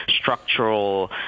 structural